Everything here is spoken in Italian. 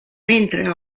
mentre